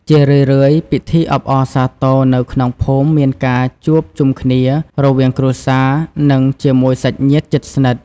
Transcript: ជារឿយៗ ពិធីអបអរសាទរនៅក្នុងភូមិមានការជួបជុំគ្នារវាងគ្រួសារ និងជាមួយសាច់ញាតិជិតស្និទ្ធ។